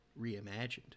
reimagined